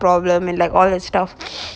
problem and like all that stuff